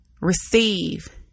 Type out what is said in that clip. receive